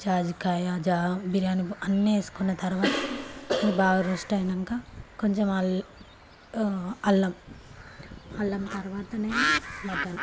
జాజికాయ జా బిర్యానీ అన్ని వేసుకున్న తరువాత అది బాగా రోస్ట్ అయ్యాక కొంచెం అల్లం అల్లం అల్లం తరువాత ఏమో మటన్